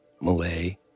Malay